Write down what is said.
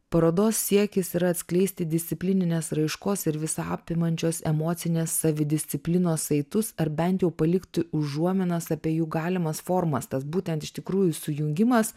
parodos siekis yra atskleisti disciplininės raiškos ir visa apimančios emocinės savidisciplinos saitus ar bent jau palikti užuominas apie jų galimas formas tas būtent iš tikrųjų sujungimas